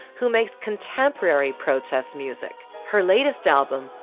who makes contemporary protest music. her latest album,